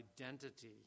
identity